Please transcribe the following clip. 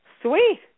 sweet